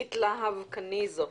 מירית להב קניזו,